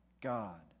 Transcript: God